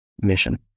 mission